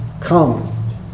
come